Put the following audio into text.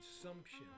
consumption